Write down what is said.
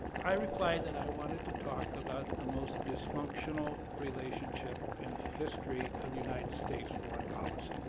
i replied that i wanted to talk about the most dysfunctional relationship in the history of united states foreign policy.